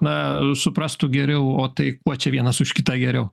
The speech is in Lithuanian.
na suprastų geriau o tai kuo čia vienas už kitą geriau